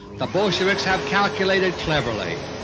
the bolsheviks have calculated cleverly.